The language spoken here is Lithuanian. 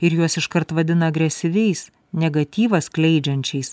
ir juos iškart vadina agresyviais negatyvą skleidžiančiais